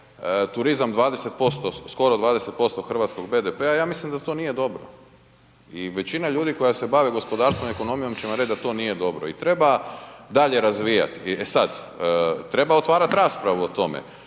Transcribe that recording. turizam 20%, skoro 20% hrvatskog BDP-a, ja mislim da to nije dobro. I većina ljudi koja se bavi gospodarstvom i ekonomijom će vam reći da to nije dobro. I treba dalje razvijati. E sad, treba otvarati raspravu o tome.